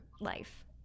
life